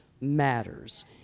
matters